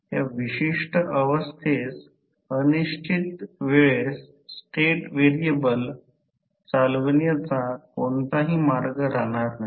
तर x V2 I2 fl cos theta 2 ∅2 तर या प्रकरणात I2 x I2 fl